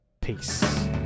Peace